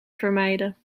vermijden